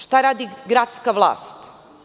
Šta radi gradska vlast?